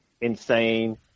insane